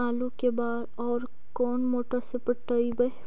आलू के बार और कोन मोटर से पटइबै?